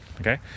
Okay